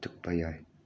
ꯊꯣꯛꯄ ꯌꯥꯏ